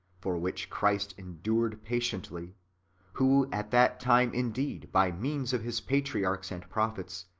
for which christ endured patiently who at that time, indeed, by means of his patriarchs and prophets,